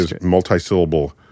multi-syllable